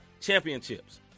championships